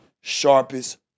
Sharpest